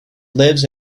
lives